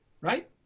right